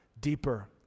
deeper